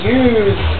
use